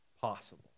possible